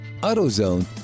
AutoZone